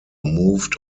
moved